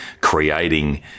creating